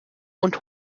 und